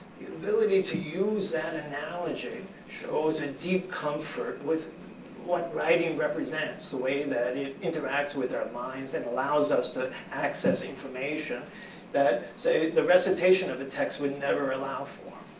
the ability to use that analogy shows a deep comfort with what writing represents, the way that it interacts with our minds and allows us to access information that, say, the recitation of the text would never allow for.